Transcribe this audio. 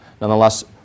Nonetheless